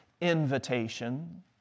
invitation